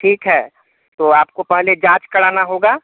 ठीक है तो आपको पहले जाँच कराना होगा